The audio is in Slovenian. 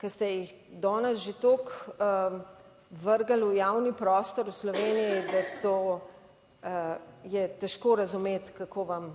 ki ste jih danes že toliko vrgli v javni prostor v Sloveniji, da to je težko razumeti, kako vam